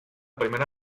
primera